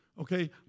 okay